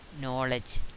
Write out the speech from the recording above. knowledge